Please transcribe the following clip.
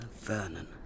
Vernon